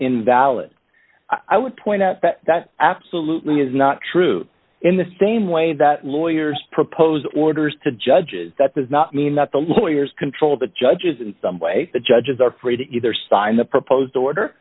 invalid i would point out that that absolutely is not true in the same way that lawyers propose orders to judges that does not mean that the lawyers control the judges in some way the judges are free to either sign the proposed order